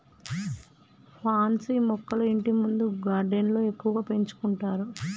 pansy మొక్కలు ఇంటిముందు గార్డెన్లో ఎక్కువగా పెంచుకుంటారు